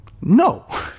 No